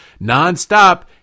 nonstop